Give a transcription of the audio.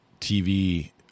TV